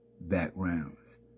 backgrounds